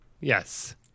Yes